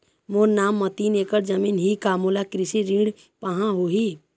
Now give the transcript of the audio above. मोर नाम म तीन एकड़ जमीन ही का मोला कृषि ऋण पाहां होही?